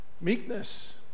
Meekness